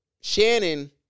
Shannon